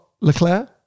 Leclerc